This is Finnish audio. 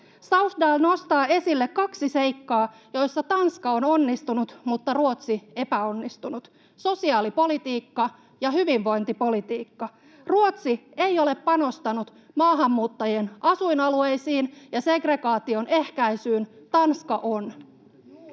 Sausdal nostaa esille kaksi seikkaa, joissa Tanska on onnistunut mutta Ruotsi epäonnistunut: sosiaalipolitiikka ja hyvinvointipolitiikka. Ruotsi ei ole panostanut maahanmuuttajien asuinalueisiin ja segregaation ehkäisyyn, Tanska on.